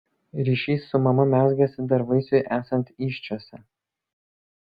ryšys su mama mezgasi dar vaisiui esant įsčiose